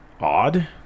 odd